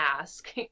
ask